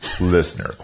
Listener